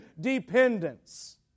dependence